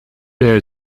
there